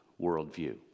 worldview